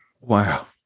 Wow